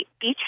beach